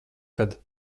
kad